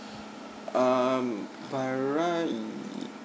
um by right um